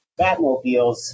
Batmobiles